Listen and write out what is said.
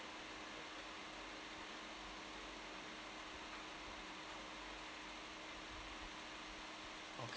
okay